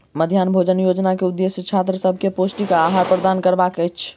मध्याह्न भोजन योजना के उदेश्य छात्र सभ के पौष्टिक आहार प्रदान करबाक अछि